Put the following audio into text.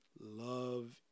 love